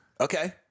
Okay